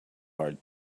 hard